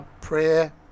prayer